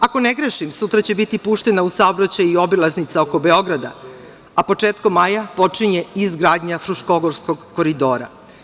Ako ne grešim, sutra će biti puštena u saobraćaj i obilaznica oko Beograda, a početkom maja počinje izgradnja Fruškogorskog koridora.